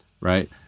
Right